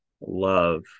Love